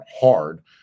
hard